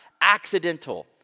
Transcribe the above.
accidental